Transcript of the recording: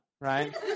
Right